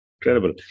Incredible